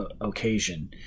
occasion